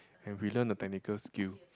and we learn a technical skill